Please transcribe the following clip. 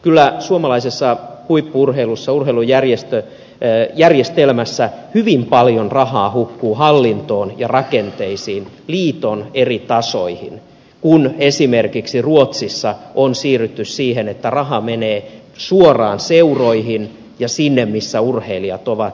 kyllä suomalaisessa huippu urheilussa urheilujärjestelmässä hyvin paljon rahaa hukkuu hallintoon ja rakenteisiin liiton eri tasoihin kun esimerkiksi ruotsissa on siirrytty siihen että raha menee suoraan seuroihin ja sinne missä urheilijat ovat